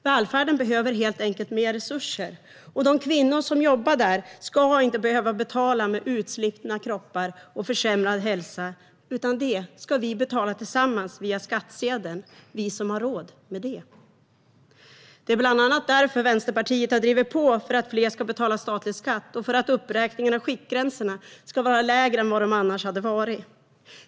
Välfärden behöver helt enkelt mer resurser, och de kvinnor som jobbar där ska inte behöva betala med utslitna kroppar och försämrad hälsa, utan det ska vi betala tillsammans via skattsedeln, vi som har råd med det. Det är bland annat därför Vänsterpartiet har drivit på för att fler ska betala statlig skatt och för att uppräkningen av skiktgränsen ska vara lägre än den varit.